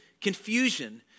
confusion